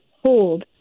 hold